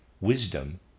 Wisdom